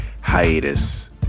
hiatus